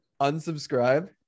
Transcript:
unsubscribe